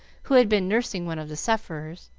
who had been nursing one of the sufferers.